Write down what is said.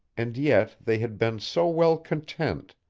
and yet they had been so well content,